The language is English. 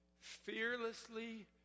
fearlessly